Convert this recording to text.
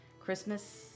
Christmas